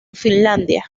finlandia